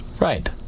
Right